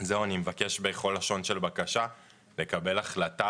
אני מבקש בכל לשון של בקשה לקבל החלטה